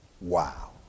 Wow